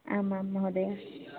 आम् आं महोदय